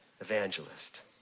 Evangelist